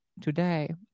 today